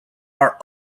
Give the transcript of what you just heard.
are